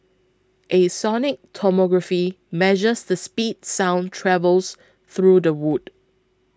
a sonic tomography measures the speed sound travels through the wood